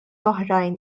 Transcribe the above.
oħrajn